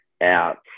out